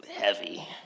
heavy